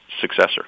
successor